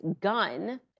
gun